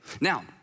Now